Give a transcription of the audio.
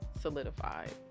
solidified